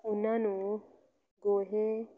ਉਹਨਾਂ ਨੂੰ ਗੋਹੇ